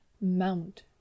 mount